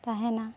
ᱛᱟᱦᱮᱱᱟ